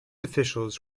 officials